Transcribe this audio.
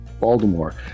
Baltimore